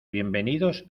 bienvenidos